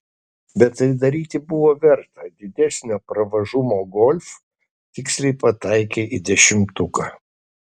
bet tai daryti buvo verta didesnio pravažumo golf tiksliai pataikė į dešimtuką